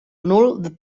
nul